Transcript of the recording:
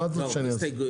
מה את רוצה שאני אעשה?